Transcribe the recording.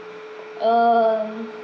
err